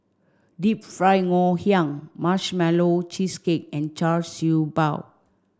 Deep Fried Ngoh Hiang Marshmallow Cheesecake and Char Siew Bao